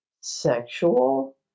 sexual